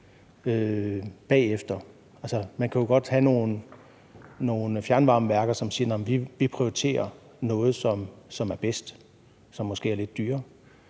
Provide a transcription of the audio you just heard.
Altså, man kan jo godt have nogle fjernvarmeværker, som siger: Nå, men vi prioriterer noget, som er bedst, og som måske er lidt dyrere.